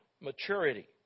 Maturity